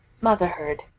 Motherhood